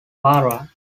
bara